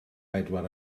bedwar